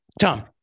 Tom